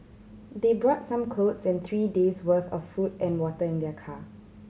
they brought some clothes and three days' worth of food and water in their car